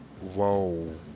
Whoa